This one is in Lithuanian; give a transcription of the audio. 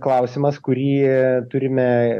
klausimas kurį turime